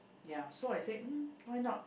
ya so I said mm why not